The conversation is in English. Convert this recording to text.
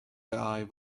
eye